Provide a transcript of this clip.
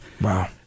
Wow